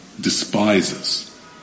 despises